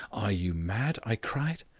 are you mad i cried.